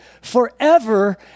forever